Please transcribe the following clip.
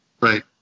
Right